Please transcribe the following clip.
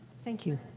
thank you.